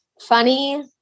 Funny